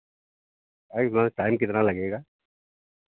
भाई वहाँ टाइम कितना लगेगा